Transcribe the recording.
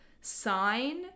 sign